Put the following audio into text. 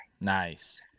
Nice